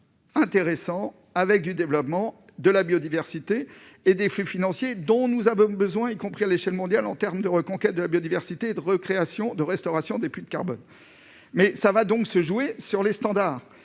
intéressants, avec du développement et des flux financiers dont nous avons besoin, y compris à l'échelle mondiale, pour la reconquête de la biodiversité et la restauration des puits de carbone. Mais tout va se jouer sur les standards.